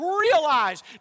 realize